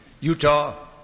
Utah